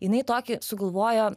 jinai tokį sugalvojo